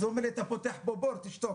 אז הוא אומר לי: אתה פותח פה בור, תשתוק.